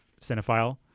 cinephile